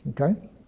Okay